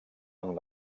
amb